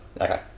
Okay